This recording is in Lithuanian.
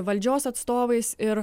valdžios atstovais ir